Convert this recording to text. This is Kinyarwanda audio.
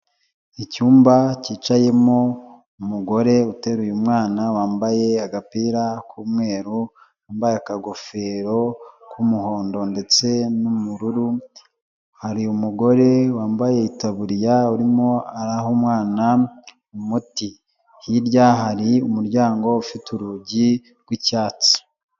Icyumba cyicayemo umugore uteruye umwana wambaye agapira k'umweru, wambaye akagofero k'umuhondo ndetse n'ubururu hari umugore wambaye itaburiya urimo araha umwana umuti, hirya hari umuryango ufite urugi rw'icyatsi.